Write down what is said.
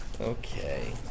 Okay